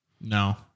No